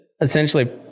essentially